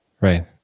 Right